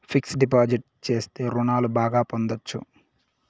fixed deposit చేస్తే రుణాలు బాగా పొందొచ్చు